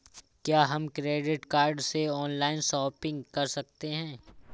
क्या हम credit card से ऑनलाइन शॉपिंग कर सकते हैं?